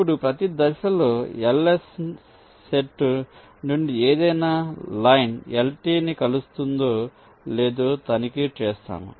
ఇప్పుడు ప్రతి దశలో LS సెట్ నుండి ఏదైనా లైన్ LT ని కలుస్తుందో లేదో తనిఖీ చేస్తాము